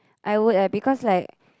I would eh because like